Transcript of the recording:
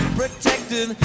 protected